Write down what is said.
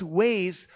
ways